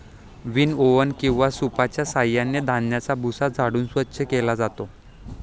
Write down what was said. विनओवर किंवा सूपच्या साहाय्याने धान्याचा भुसा झाडून स्वच्छ केला जातो